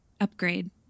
Upgrade